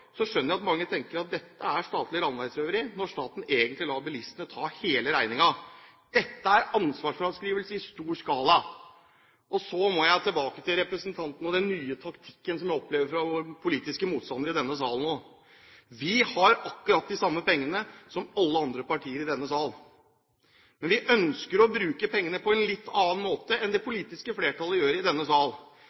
skjønner jeg at mange tenker at dette er statlig landeveisrøveri, når staten egentlig lar bilistene ta hele regningen. Dette er ansvarsfraskrivelse i stor skala. Så må jeg tilbake til representantene og den nye taktikken som jeg opplever fra våre politiske motstandere i denne sal nå. Vi har akkurat de samme pengene som alle andre partier i denne sal, men vi ønsker å bruke pengene på en litt annen måte enn det politiske flertallet i denne sal